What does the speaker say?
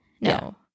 No